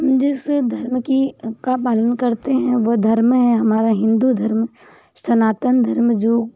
हम जिस धर्म की का पालन करते हैं वह धर्म है हमारा हिंदू धर्म सनातन धर्म जो